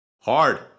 hard